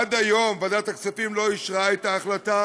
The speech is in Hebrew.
עד היום ועדת הכספים לא אישרה את ההחלטה